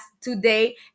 today